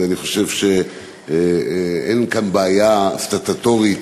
ואני חושב שאין כאן בעיה סטטוטורית